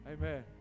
Amen